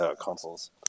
consoles